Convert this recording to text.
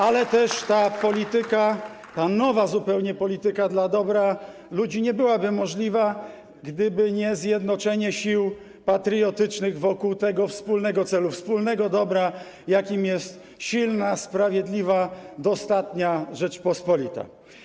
Ale też ta polityka, ta zupełnie nowa polityka dla dobra ludzi nie byłaby możliwa, gdyby nie zjednoczenie sił patriotycznych wokół tego wspólnego celu, wspólnego dobra, jakim jest silna, sprawiedliwa, dostatnia Rzeczpospolita.